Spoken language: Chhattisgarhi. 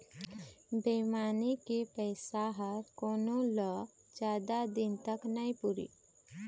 बेईमानी के पइसा ह कोनो ल जादा दिन तक नइ पुरय